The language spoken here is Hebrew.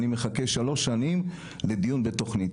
אני מחכה שלוש שנים לדיון בתוכנית.